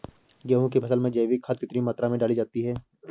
गेहूँ की फसल में जैविक खाद कितनी मात्रा में डाली जाती है?